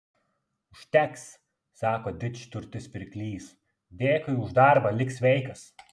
užteks sako didžturtis pirklys dėkui už darbą lik sveikas